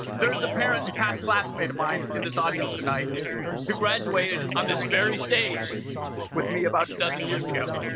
there's a parent and past classmate of mine in this audience tonight who graduated on this very stage with me about a dozen years ago